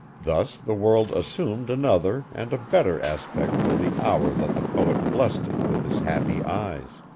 thus the world assumed another and a better aspect from the hour that the poet blessed it with his happy eyes.